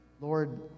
Lord